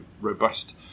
robust